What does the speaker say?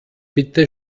bitte